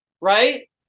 right